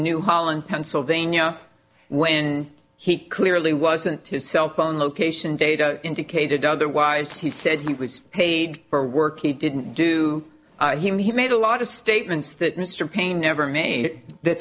holland pennsylvania when he clearly wasn't his cell phone location data indicated otherwise he said he was paid for work he didn't do he made a lot of statements that mr paine never me that